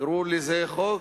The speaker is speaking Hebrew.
תקראו לזה חוק,